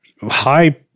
high